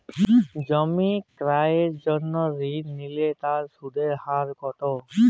জমি ক্রয়ের জন্য ঋণ নিলে তার সুদের হার কতো?